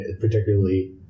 particularly